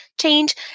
change